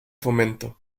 fomento